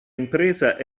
impresa